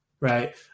right